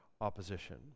opposition